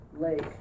Lake